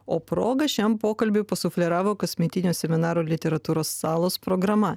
o proga šiam pokalbiui pasufleravo kasmetinio seminaro literatūros salos programa